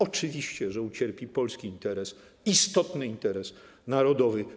Oczywiście, że ucierpi polski interes, istotny interes narodowy.